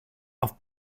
auf